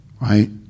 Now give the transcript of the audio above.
Right